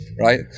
right